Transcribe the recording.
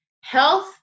Health